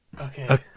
okay